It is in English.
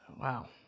wow